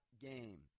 game